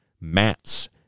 MATS